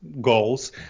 goals